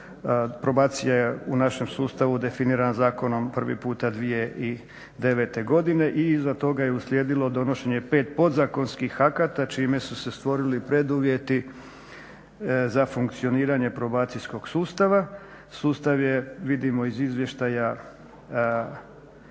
probacija je u našem sustavu definirana zakonom prvi puta 2009. godine i iza toga je uslijedilo donošenje pet podzakonskih akata čime su se stvorili preduvjeti za funkcioniranje probacijskog sustava. Sustav je vidimo iz izvještaja